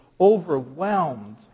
overwhelmed